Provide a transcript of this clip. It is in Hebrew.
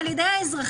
על ידי האזרחים,